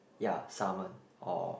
ya salmon or